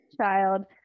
child